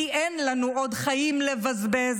כי אין לנו עוד חיים לבזבז,